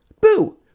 Boo